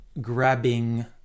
grabbing